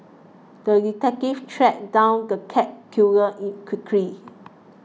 the detective tracked down the cat killer quickly